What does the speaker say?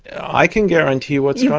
i can guarantee what's you know